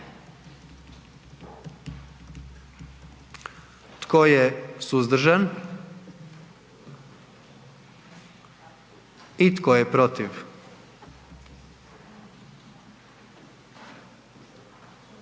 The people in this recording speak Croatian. Tko je suzdržan? I tko je protiv?